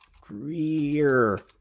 Greer